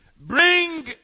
Bring